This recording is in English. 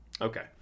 Okay